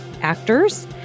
actors